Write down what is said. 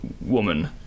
woman